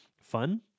fun